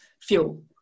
fuel